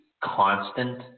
constant